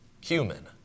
human